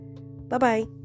Bye-bye